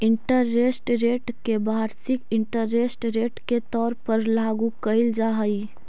interest rate के वार्षिक interest rate के तौर पर लागू कईल जा हई